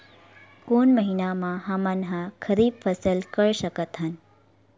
कोन महिना म हमन ह खरीफ फसल कर सकत हन?